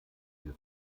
für